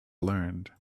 learned